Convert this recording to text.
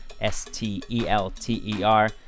s-t-e-l-t-e-r